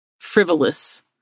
frivolous